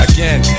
Again